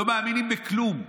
לא מאמינים בכלום,